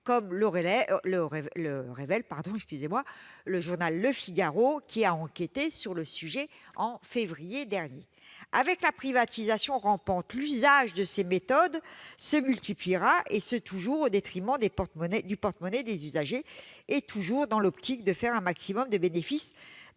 comme le révèle, qui a enquêté sur le sujet en février dernier. Avec la privatisation rampante, l'usage de ces méthodes se multipliera, toujours au détriment du porte-monnaie des usagers et toujours dans l'optique d'engranger un maximum de bénéfices